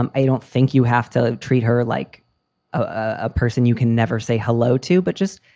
um i don't think you have to treat her like a person you can never say hello to. but just,